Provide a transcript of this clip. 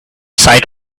side